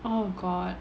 oh god